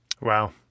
Wow